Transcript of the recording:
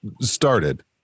started